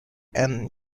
and